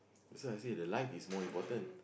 that's why I say the life is more important